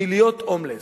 להיות הומלס.